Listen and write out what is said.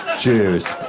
jews.